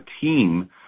team